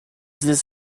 this